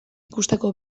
ikusteko